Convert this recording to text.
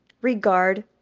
regard